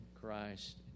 Christ